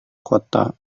kota